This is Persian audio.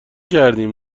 کردیم